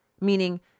meaning